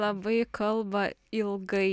labai kalba ilgai